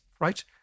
right